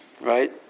Right